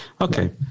Okay